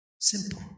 Simple